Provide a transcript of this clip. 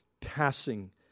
passing